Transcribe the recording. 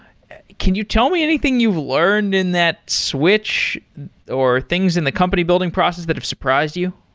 can you tell me anything you've learned in that switch or things in the company building process that have surprised you?